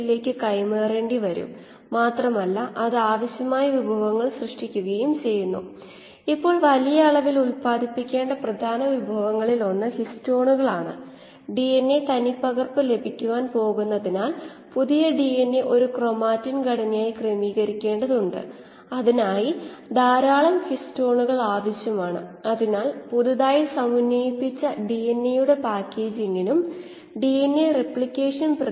നമുക്ക് തിരികെ പോകാം വാഷഔട്ട് സംഭവിക്കുന്ന ഡൈല്യൂഷൻ നിരക്ക് മോണോഡ് മോഡലിൽ നിന്നും µ D Dc S→Si ആയത്കൊണ്ടും എന്ന് എഴുതാം എന്ന് എഴുതാം ഔട്ട്ലെറ്റ് ഗാഢതയ്ക്ക് എതിരായി ഡില്യൂഷൻ റേറ്റ് നമ്മൾ പ്ലോട്ട് ചെയ്യുകയാണെങ്കിൽ കോശങ്ങളുടെ ഔട്ട്ലെറ്റ് ഗാഢത എന്ന് ആയിരിക്കും നമ്മൾ ഇത് ഒരു ഗ്രാഫിലേക്ക് മാറ്റിയാൽ ഇത് ഇതുപോലെയാകും